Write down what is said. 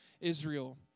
Israel